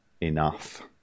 enough